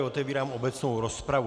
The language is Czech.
Otevírám obecnou rozpravu.